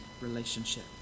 relationship